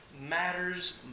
matters